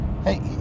Hey